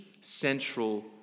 central